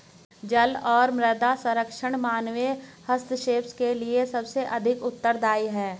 जल और मृदा संरक्षण मानवीय हस्तक्षेप के लिए सबसे अधिक उत्तरदायी हैं